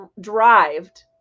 derived